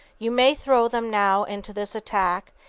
you may throw them now into this attack,